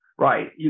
Right